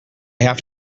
have